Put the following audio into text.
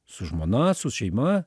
su žmona su šeima